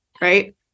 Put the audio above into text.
Right